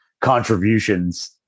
contributions